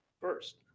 first